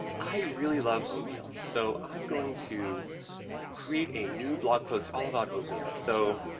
i really love oatmeal, so i'm going to create a new blog post all about oatmeal. so,